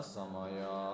Samaya